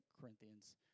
Corinthians